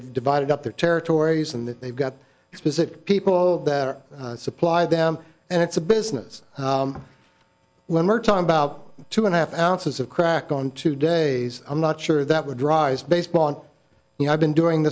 they've divided up their territories and they've got specific people that are supply them and it's a business when we're talking about two and a half ounces of crack on two days i'm not sure that would drive baseball and you know i've been doing